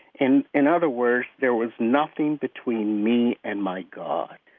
in in other words, there was nothing between me and my god.